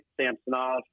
Samsonov